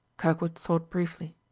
kirkwood thought briefly.